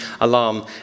alarm